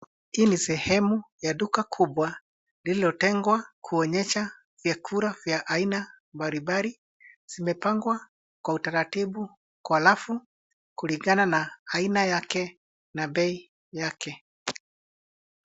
Hii ni sehemu ya duka kubwa iliyo tengwa kuonyesha vyakula za aina mbali mbali. Zimepangwa kwa utaratibu kwa rafu kulingana na aina yake na bei yake.